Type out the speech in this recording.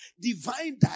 divine